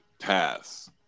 pass